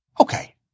Okay